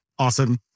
Awesome